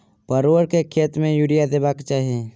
परोर केँ खेत मे यूरिया देबाक चही?